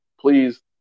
please